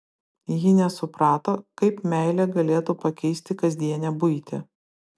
ji nesuprato kaip meilė galėtų pakeisti kasdienę buitį